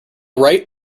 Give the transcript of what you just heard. right